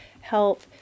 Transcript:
help